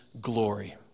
glory